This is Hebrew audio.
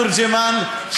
למירב תורג'מן,